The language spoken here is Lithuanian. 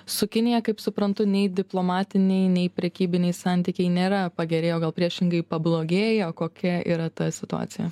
su kinija kaip suprantu nei diplomatiniai nei prekybiniai santykiai nėra pagerėję o gal priešingai pablogėjo kokia yra ta situacija